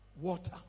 Water